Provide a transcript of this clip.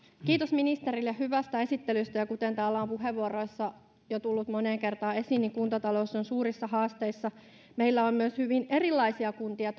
kiitos ministerille hyvästä esittelystä kuten täällä on puheenvuoroissa jo tullut moneen kertaan esiin niin kuntatalous on suurissa haasteissa meillä on myös hyvin erilaisia kuntia